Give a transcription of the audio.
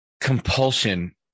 compulsion